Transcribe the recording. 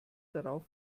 darauf